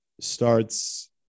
starts